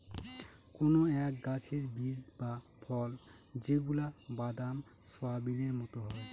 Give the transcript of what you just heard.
কোনো এক গাছের বীজ বা ফল যেগুলা বাদাম, সোয়াবিনের মতো হয়